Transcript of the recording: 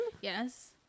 yes